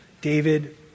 David